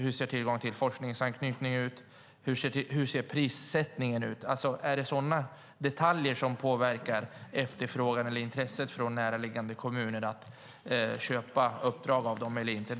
Hur ser tillgången till forskningsanknytning ut? Hur ser prissättningen ut? Är det sådana detaljer som påverkar efterfrågan eller intresset från närliggande kommuner när det gäller att köpa uppdrag av dem eller inte?